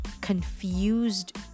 confused